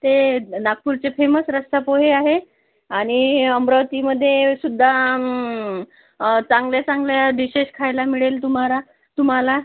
ते नागपूरचे फेमस रस्सापोहे आहे आणि अमरावतीमध्ये सुद्धा चांगल्या चांगल्या डिशेश खायला मिळेल तुम्हारा तुम्हाला